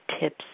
tips